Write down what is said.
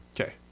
Okay